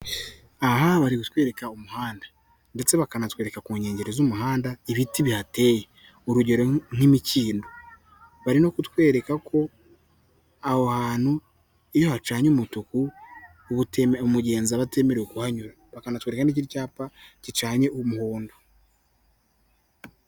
Aha bari kutwereka umuhanda ndetse bakanatwereka ku nkengero z'umuhanda ibiti bihateye, urugero nk'imikindo, bari no kutwereka ko aho hantu iyo hacanye umutuku umugenzi aba atemerewe kuhanyura bakatwereka n'ikindi cyapa gicanye umuhondo.